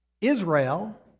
Israel